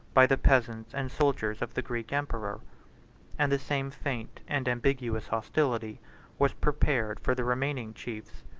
by the peasants and soldiers of the greek emperor and the same faint and ambiguous hostility was prepared for the remaining chiefs,